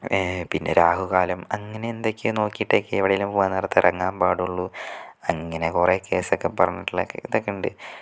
പിന്നെ രാഹുകാലം അങ്ങനെ എന്തൊക്കെയോ നോക്കിയിട്ടൊക്കെ എവിടേലും പോകാൻ നേരത്ത് ഇറങ്ങാൻ പാടുള്ളൂ അങ്ങനെ കുറെ കേസൊക്കെ പറഞ്ഞിട്ടുള്ള കേട്ടിട്ട് ഒക്കെ ഉണ്ട്